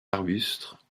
arbustes